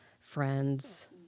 friends